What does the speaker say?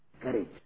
courage